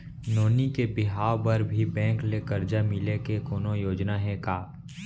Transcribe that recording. नोनी के बिहाव बर भी बैंक ले करजा मिले के कोनो योजना हे का?